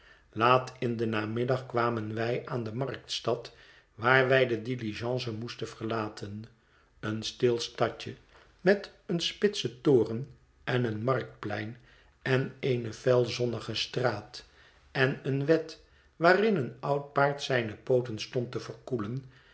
laat in den namiddag kwamen wij aan de marktstad waar wij de diligence moesten verlaten een stil stadje met een spitsen toren en een marktplein en eene fel zonnige straat en een wed waarin een oud paard zijne pooten stond te verkoelen